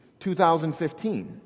2015